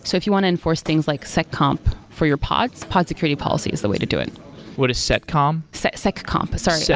so if you want to enforce things like set comp for your pods, pod security policy is the way to do it what is set com? set set comp, sorry. yeah